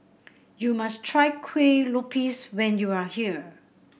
you must try Kuih Lopes when you are here